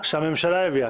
שהממשלה הביאה.